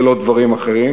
ולא דברים אחרים,